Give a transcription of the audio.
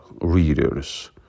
readers